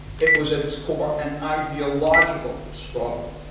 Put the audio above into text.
it was at its core an ideological struggle.